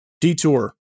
detour